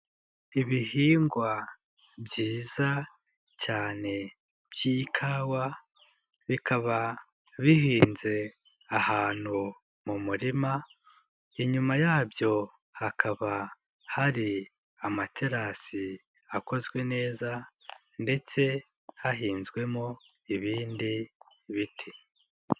Ibihingwa byiza cyane by'ikawa bikaba bihinze ahantu mu murima inyuma yabyo hakaba hari amaterasi akozwe neza ndetse hahinzwemo ibindi biti.